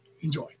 Enjoy